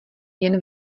jen